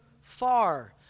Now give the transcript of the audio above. far